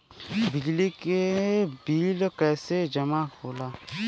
बिजली के बिल कैसे जमा होला?